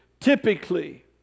Typically